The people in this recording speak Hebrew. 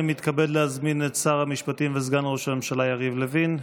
אני מתכבד להזמין את שר המשפטים וסגן ראש הממשלה יריב לוין להשיב.